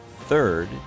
Third